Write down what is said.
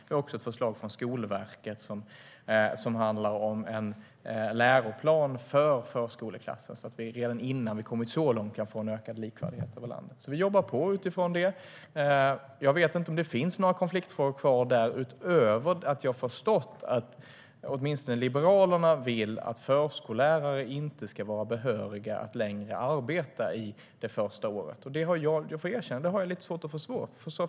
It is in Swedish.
Vi har också ett förslag från Skolverket som handlar om en läroplan för förskoleklass så att vi redan innan vi kommit så långt kan få en ökad likvärdighet över landet. Vi jobbar utifrån det. Jag vet inte om det finns några konfliktfrågor kvar, utöver att jag förstått att åtminstone Liberalerna inte vill att förskollärare ska vara behöriga att arbeta det första året. Jag får erkänna att jag har lite svårt att förstå det.